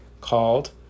Called